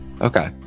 Okay